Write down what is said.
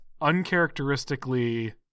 uncharacteristically